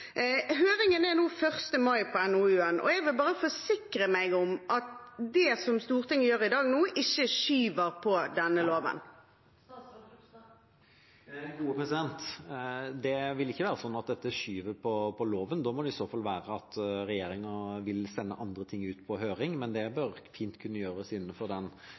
og jeg vil bare forsikre meg om at det Stortinget gjør i dag, ikke skyver på denne loven. Det vil ikke være sånn at dette skyver på loven. Da må det i så fall være at regjeringa vil sende andre ting ut på høring. Men det bør fint kunne gjøres innenfor den